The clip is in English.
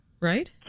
Right